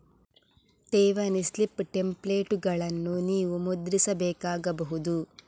ಠೇವಣಿ ಸ್ಲಿಪ್ ಟೆಂಪ್ಲೇಟುಗಳನ್ನು ನೀವು ಮುದ್ರಿಸಬೇಕಾಗಬಹುದು